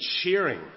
cheering